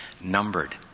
numbered